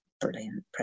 brilliant